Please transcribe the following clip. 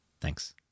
Thanks